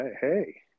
Hey